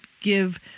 give